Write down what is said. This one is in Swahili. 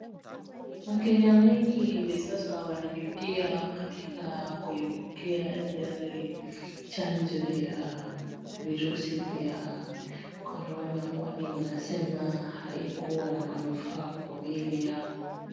Wakenya wengi hivi sasa wanajutia katika kuyapokea yale chanjo ya virusi vya korona, kwani wanasema haikuwa na manufaa kwa miili yao.